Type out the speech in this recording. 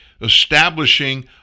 establishing